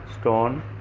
stone